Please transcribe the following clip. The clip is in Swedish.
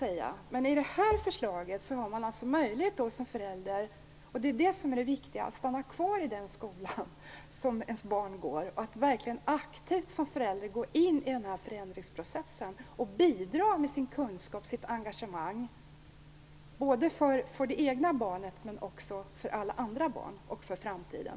I detta förslag har man som förälder möjlighet - det är det som är det viktiga - att stanna kvar i den skola som ens barn går i och verkligen aktivt gå in i förändringsprocessen och bidra med sin kunskap och sitt engagemang, både för det egna barnet och för alla andra barn och för framtiden.